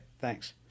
Thanks